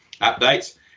updates